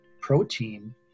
protein